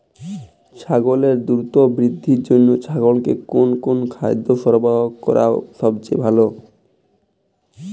ছাগলের দ্রুত বৃদ্ধির জন্য ছাগলকে কোন কোন খাদ্য সরবরাহ করা সবচেয়ে ভালো?